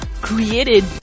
created